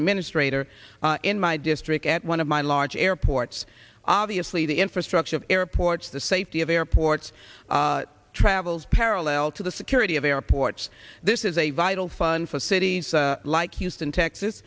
administration or in my district at one of my large airports obviously the infrastructure of airports the safety of airports travels parallel to the security of our ports this is a vital funfest cities like houston texas